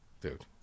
Dude